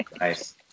Nice